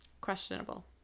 questionable